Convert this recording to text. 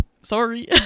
sorry